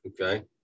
okay